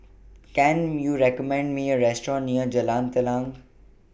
Can YOU recommend Me A Restaurant near Jalan Telang